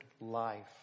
life